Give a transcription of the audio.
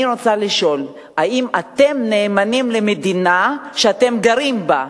אני רוצה לשאול: האם אתם נאמנים למדינה שאתם גרים בה?